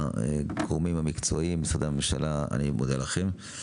גורמי המקצוע של הממשלה אני מודה לכם.